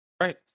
Right